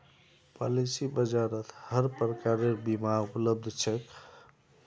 policy बाजारत हर प्रकारेर बीमा उपलब्ध छेक